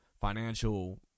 financial